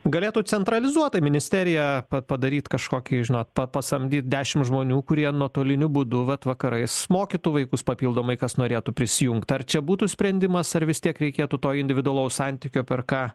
galėtų centralizuotai ministerija padaryt kažkokį žinot pasamdyt dešimt žmonių kurie nuotoliniu būdu vat vakarais mokytų vaikus papildomai kas norėtų prisijungt ar čia būtų sprendimas ar vis tiek reikėtų to individualaus santykio per ką